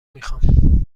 میخوام